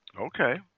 Okay